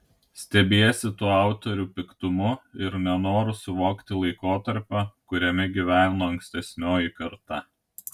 stebiesi tuo autorių piktumu ir nenoru suvokti laikotarpio kuriame gyveno ankstesnioji karta